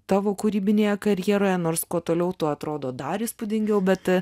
tavo kūrybinėje karjeroje nors kuo toliau tuo atrodo dar įspūdingiau bet